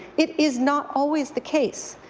it is not always the case.